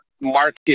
market